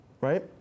right